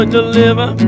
Deliver